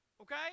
Okay